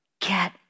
get